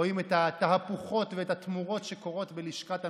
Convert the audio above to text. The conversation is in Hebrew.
רואים את התהפוכות ואת התמורות שקורות בלשכת הנוכל.